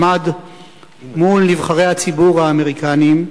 עמד מול נבחרי הציבור האמריקנים,